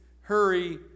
hurry